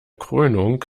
krönung